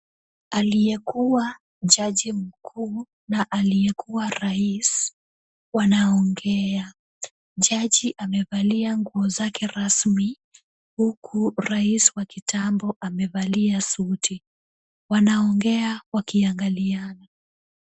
Aliyekuwa jaji mkuu, na aliyekuwa rais wanaongea. Jaji amevalia nguo zake rasmi, huku rais wa kitambo amevalia suti. Wanaongea wakiangaliana.